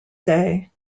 day